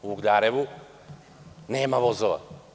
U Ugljarevu, nema vozova.